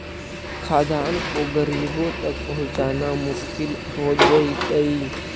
खाद्यान्न को गरीबों तक पहुंचाना मुश्किल हो जइतइ